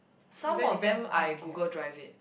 some of them I Google Drive it